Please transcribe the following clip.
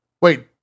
wait